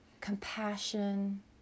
compassion